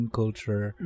culture